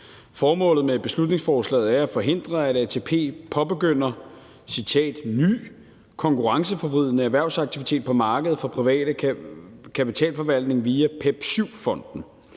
Formålet med beslutningsforslaget er at forhindre, at ATP påbegynder »ny konkurrenceforvridende erhvervsaktivitet på markedet for privat kapitalforvaltning via PEP VII-fonden«.